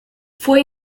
fue